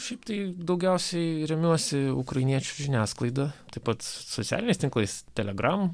šiaip tai daugiausiai remiuosi ukrainiečių žiniasklaida taip pat socialiniais tinklais telegram